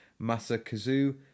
Masakazu